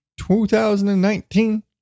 2019